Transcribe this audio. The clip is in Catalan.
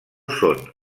són